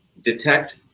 detect